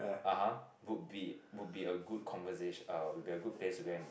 (uh huh) would be would be a good uh would be a good place to go and